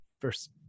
first